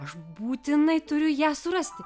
aš būtinai turiu ją surasti